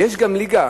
ויש גם ליגה